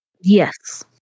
Yes